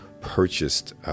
purchased